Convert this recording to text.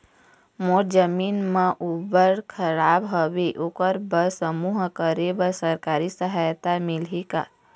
मोर जमीन म ऊबड़ खाबड़ हावे ओकर बर समूह करे बर सरकारी सहायता मिलही का?